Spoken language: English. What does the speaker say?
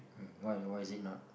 um what why is it not